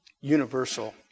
universal